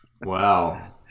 Wow